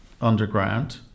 underground